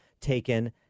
taken